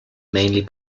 mainly